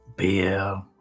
beer